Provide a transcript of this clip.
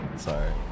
sorry